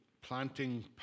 planting